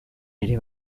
ere